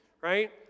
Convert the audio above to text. right